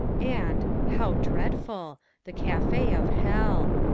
and how dreadful the cafe of hell.